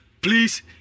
please